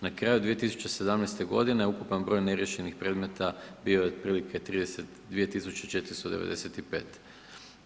Na kraju 2017. godine ukupan broj neriješenih predmeta bio je otprilike 32 495.